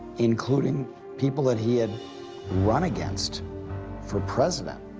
including people that he had run against for president,